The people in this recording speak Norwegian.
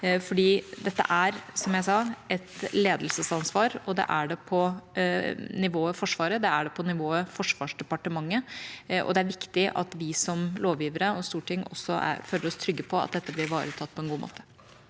som jeg sa, et ledelsesansvar. Det er det på nivået Forsvaret, det er det på nivået Forsvarsdepartementet, og det er viktig at vi som lovgivere og storting føler oss trygge på at dette blir ivaretatt på en god måte.